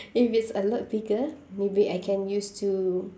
if it's a lot bigger maybe I can use to